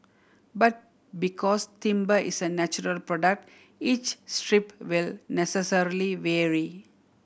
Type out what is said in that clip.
but because timber is a natural product each strip will necessarily vary